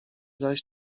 zaś